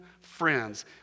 friends